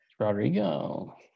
rodrigo